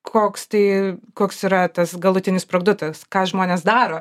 koks tai koks yra tas galutinis produktas ką žmonės daro